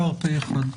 אושר פה אחד.